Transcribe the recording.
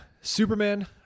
Superman